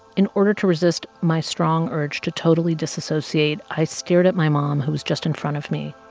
in order to resist my strong urge to totally disassociate, i stared at my mom who was just in front of me.